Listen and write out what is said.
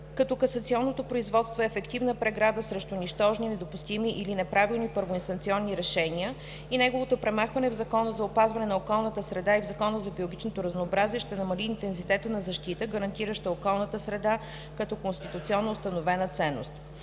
като касационното производство е ефективна преграда срещу нищожни, недопустими или неправилни първоинстанционни решения и неговото премахване в Закона за опазване на околната среда и в Закона за биологичното разнообразие ще намали интензитета на защита, гарантираща околната среда като конституционно установена ценност.